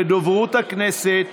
לדוברות הכנסת,